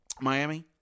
Miami